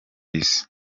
isi